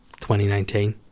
2019